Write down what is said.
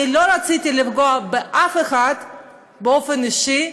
אני לא רציתי לפגוע באף אחד באופן אישי.